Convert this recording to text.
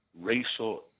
racial